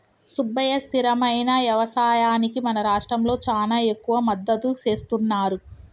సుబ్బయ్య స్థిరమైన యవసాయానికి మన రాష్ట్రంలో చానా ఎక్కువ మద్దతు సేస్తున్నారు